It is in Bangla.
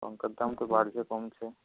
লঙ্কার দাম তো বাড়ছে কমছে